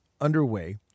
underway